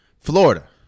Florida